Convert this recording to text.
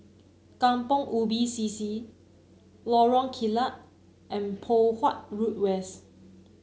Kampong Ubi C C Lorong Kilat and Poh Huat Road West